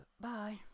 bye